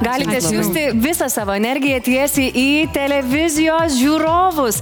galite siųsti visą savo energiją tiesiai į televizijos žiūrovus